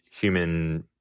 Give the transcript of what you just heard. human